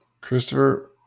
Christopher